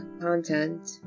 content